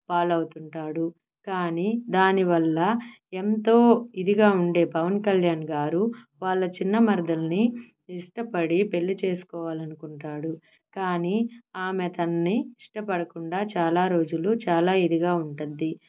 పాలవుతుంటాడు కానీ దాని వల్ల ఎంతో ఇదిగా ఉండే పవన్ కళ్యాణ్ గారు వాళ్ళ చిన్న మరదల్ని ఇష్టపడి పెళ్లి చేసుకోవాలనుకుంటాడు కానీ ఆమె తన్ని ఇష్టపడకుండా చాలా రోజులు చాలా ఇదిగా ఉంటుంది